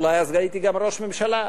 אולי אז הייתי גם ראש ממשלה.